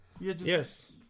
Yes